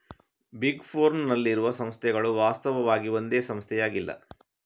big ಫೋರ್ನ್ ನಲ್ಲಿರುವ ಸಂಸ್ಥೆಗಳು ವಾಸ್ತವವಾಗಿ ಒಂದೇ ಸಂಸ್ಥೆಯಾಗಿಲ್ಲ